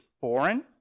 foreign